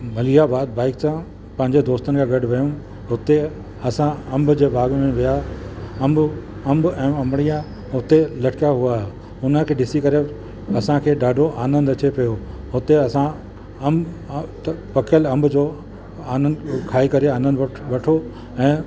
Malihabad bike सां पंहिंजे दोस्तनि सां गॾु वियुमि हुते असां अंब जे बाग में विया अंब अंब ऐं अंबड़ियां हुते लटकिया हुआ हुन खे ॾिसी करे असांखे ॾाढो आनंद अचे पियो हुते असां अंब पकियलु अंब जो आनंद खाई करे आनंद वठो ऐं